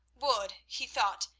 would, he thought,